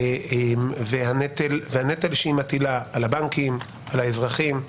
והנטל שהיא מטילה על הבנקים, על האזרחים,